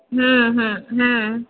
हँ हँ हँ